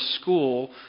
school